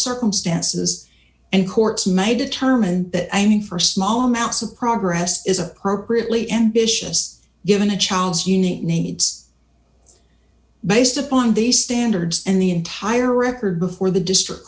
circumstances and courts may determine that i mean for small amounts of progress is appropriately ambitious given the child's unique needs based upon these standards and the entire record before the district